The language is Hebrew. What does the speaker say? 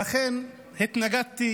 ואכן התנגדתי